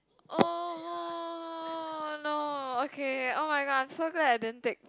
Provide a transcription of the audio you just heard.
oh no okay oh-my-god I'm so glad I didn't take